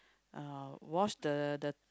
uh wash the the